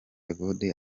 evode